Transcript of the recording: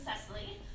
Cecily